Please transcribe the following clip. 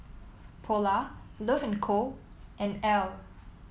Polar Love and Co and Elle